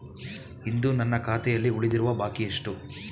ಇಂದು ನನ್ನ ಖಾತೆಯಲ್ಲಿ ಉಳಿದಿರುವ ಬಾಕಿ ಎಷ್ಟು?